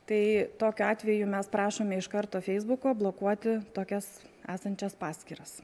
tai tokiu atveju mes prašome iš karto feisbuko blokuoti tokias esančias paskyras